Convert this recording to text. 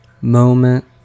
moment